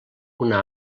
una